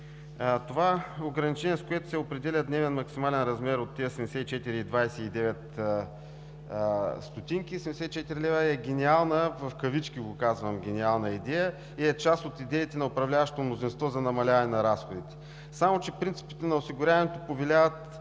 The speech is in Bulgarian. Това ограничение, с което се определя дневен максимален размер от тези 74,29 лв., е „гениална“ идея и е част от идеите на управляващото мнозинство за намаляване на разходите. Само че принципите на осигуряване повеляват